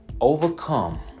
overcome